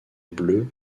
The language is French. bleu